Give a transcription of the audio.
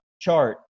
chart